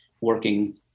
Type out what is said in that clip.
working